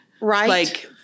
Right